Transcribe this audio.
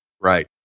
Right